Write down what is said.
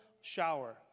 shower